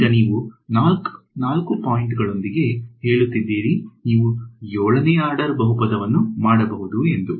ಈಗ ನೀವು 4 ಪಾಯಿಂಟ್ ಗಳೊಂದಿಗೆ ಹೇಳುತ್ತಿದ್ದೀರಿ ನೀವು 7 ನೇ ಆರ್ಡರ್ ಬಹುಪದವನ್ನು ಮಾಡಬಹುದು ಎಂದು